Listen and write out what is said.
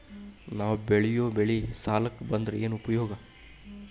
ನಾವ್ ಬೆಳೆಯೊ ಬೆಳಿ ಸಾಲಕ ಬಂದ್ರ ಏನ್ ಉಪಯೋಗ?